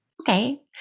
Okay